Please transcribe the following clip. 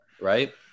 right